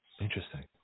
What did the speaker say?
interesting